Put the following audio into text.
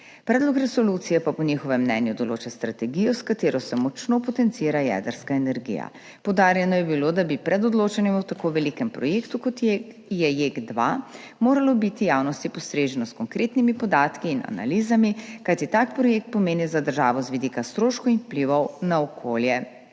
Predlog resolucije pa po njihovem mnenju določa strategijo, s katero se močno potencira jedrska energija. Poudarjeno je bilo, da bi pred odločanjem o tako velikem projektu, kot je JEK2, moralo biti javnosti postreženo s konkretnimi podatki in analizami, kaj tak projekt pomeni za državo z vidika stroškov in vplivov na okolje.